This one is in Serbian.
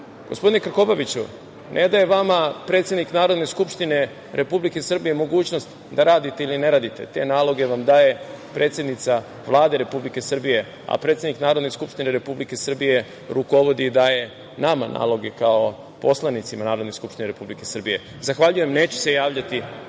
Krkobabiću, ne daje vama predsednik Narodne skupštine Republike Srbije mogućnost da radite ili ne radite, te naloge vam daje predsednica Vlade Republike Srbije, a predsednik Narodne skupštine Republike Srbije rukovodi i daje nama naloge, kao poslanicima Narodne skupštine Republike Srbije. Zahvaljujem. Neću se javljati